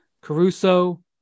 Caruso